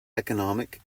economic